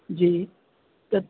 जी त